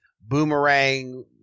Boomerang